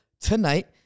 Tonight